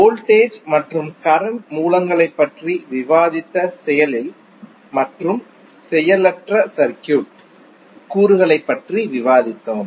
voltage மற்றும் current மூலங்களைப் பற்றி விவாதித்த செயலில் மற்றும் செயலற்ற சர்க்யூட் கூறுகளைப் பற்றி விவாதித்தோம்